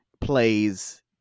plays